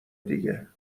دیگه